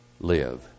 live